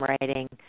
writing